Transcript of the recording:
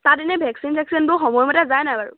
তাত এনেই ভেকচিন চেকচিনবোৰ সময় মতে যায় নাই বাৰু